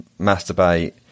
masturbate